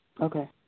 Okay